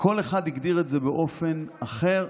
כל אחד הגדיר את זה באופן אחר,